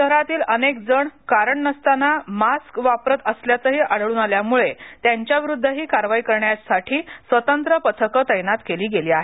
शहरातील अनेक जण कारण नसताना मास्क वापरत असल्याचंही आढळून आलं असून त्यांच्याविरुद्धही कारवाई करण्यासाठी स्वतंत्र पथकं तैनात केली गेली आहेत